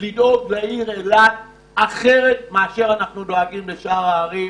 לדאוג לעיר אילת אחרת מאשר אנחנו דואגים לשאר הערים